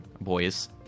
boys